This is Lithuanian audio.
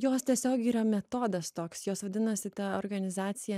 jos tiesiog yra metodas toks jos vadinasi ta organizacija